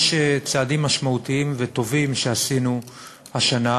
יש צעדים משמעותיים וטובים שעשינו השנה.